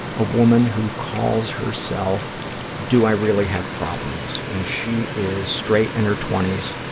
a woman who calls herself do i really have problems, and she is straight, in her twenty s,